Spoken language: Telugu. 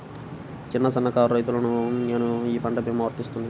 చిన్న సన్న కారు రైతును నేను ఈ పంట భీమా వర్తిస్తుంది?